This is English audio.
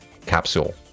Capsule